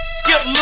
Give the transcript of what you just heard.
skip